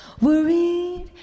worried